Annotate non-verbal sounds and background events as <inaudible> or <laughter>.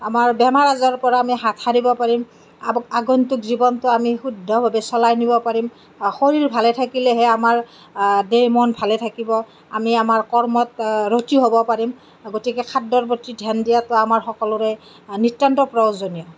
আমাৰ বেমাৰ আজাৰৰ পৰা আমি হাত হাৰিব পাৰিম <unintelligible> আগন্তুক জীৱনতো আমি শুদ্ধভাৱে চলাই নিব পাৰিম শৰীৰৰ ভালে থাকিলেহে আমাৰ দেহ মন ভালে থাকিব আমি আমাৰ কৰ্মত ৰতী হ'ব পাৰিম গতিকে খাদ্যৰ প্ৰতি ধ্য়ান দিয়াতো আমাৰ সকলোৰে নিত্যান্তই প্ৰয়োজনীয়